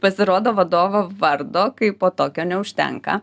pasirodo vadovo vardo kaipo tokio neužtenka